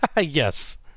Yes